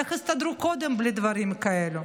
איך הסתדרו קודם בלי דברים כאלה?